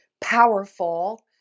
Powerful